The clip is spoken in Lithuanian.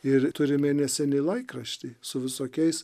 ir turi mėnesinį laikraštį su visokiais